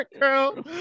Girl